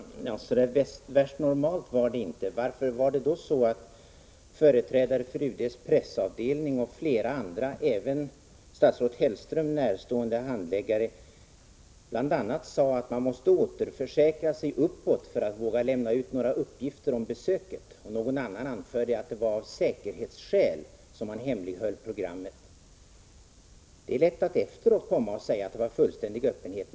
Herr talman! Så där värst normalt var det inte. Varför var det så att företrädare för UD:s pressavdelning och flera andra, även statsrådet Hellström närstående handläggare, bl.a. sade att man måste återförsäkra sig uppåt för att våga lämna ut några uppgifter om besöket? Någon annan anförde att det var av säkerhetsskäl som man hemlighöll programmet. Det är lätt att efteråt komma och säga att det rådde fullständig öppenhet.